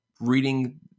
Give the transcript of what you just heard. reading